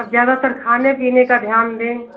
अब ज़्यादातर खाने पीने का ध्यान दें